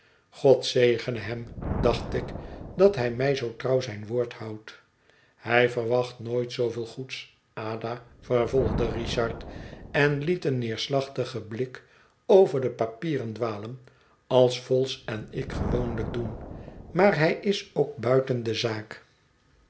god zegene hem dacht ik dat hij mij zoo trouw zijn woord houdt hij verwacht nooit zooveel goeds ada vervolgde richard en liet een neerslachtigen blik over de papieren dwalen als vholes en ik gewoonlijk doen maar hij is ook buiten de zaak